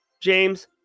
James